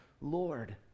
Lord